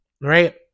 right